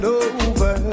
over